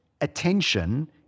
attention